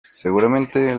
seguramente